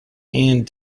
and